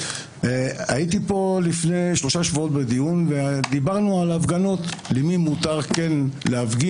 הייתי פה לפני שלושה שבועות בדיון ודיברנו על הפגנות למי מותר להפגין,